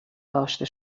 داشته